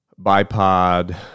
bipod